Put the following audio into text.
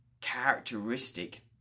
characteristic